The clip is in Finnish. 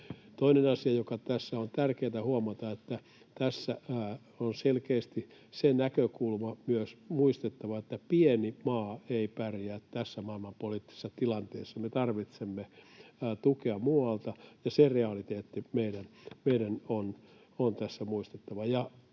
Toinen asia, joka tässä on tärkeätä huomata: Tässä on selkeästi muistettava myös se näkökulma, että pieni maa ei pärjää tässä maailmanpoliittisessa tilanteessa. Me tarvitsemme tukea muualta, ja se realiteetti meidän on tässä muistettava